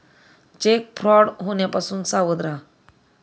check fraud होण्यापासून सावध रहा